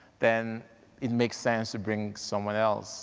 then it makes sense to bring someone else